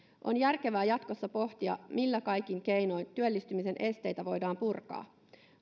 on järkevää jatkossa pohtia millä kaikin keinoin työllistymisen esteitä voidaan purkaa